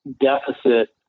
deficit